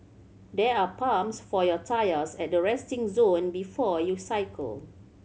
there are pumps for your tyres at the resting zone before you cycle